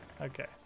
Okay